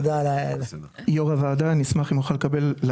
יו"ר הוועדה, אני אשמח אם אוכל להשיב.